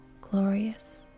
glorious